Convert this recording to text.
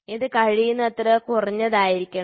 ഇത് കഴിയുന്നത്ര കുറഞ്ഞതായിരിക്കണം